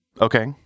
Okay